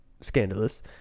scandalous